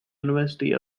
university